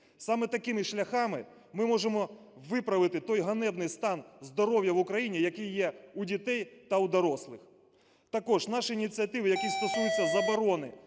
Саме такими шляхами ми можемо виправити той ганебний стан здоров'я в Україні, який є у дітей та у дорослих. Також наші ініціативи, які стосуються заборони